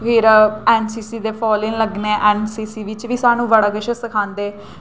फिर N C C दे fall in लग्गने एन सी सी बिच बी असेंगी बड़ा किश सखांदे